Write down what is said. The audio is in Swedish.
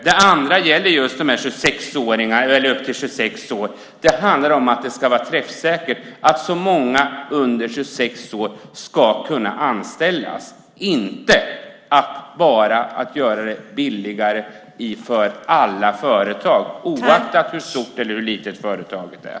Det andra gäller just dem som är upp till 26 år. Det handlar om att det ska vara träffsäkert, att så många under 26 år ska kunna anställas, inte bara om att göra det billigare för alla företag, oavsett hur stort eller litet företaget är.